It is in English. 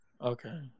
okay